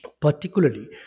particularly